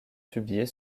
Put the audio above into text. publiées